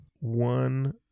one